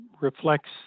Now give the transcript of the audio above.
reflects